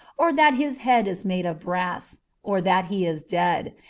or that his head is made of brass, or that he is dead,